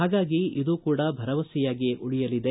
ಹಾಗಾಗಿ ಇದೂ ಕೂಡ ಭರವಸೆಯಾಗಿಯೇ ಉಳಿಯಲಿದೆ